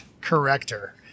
Corrector